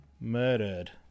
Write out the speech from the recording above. murdered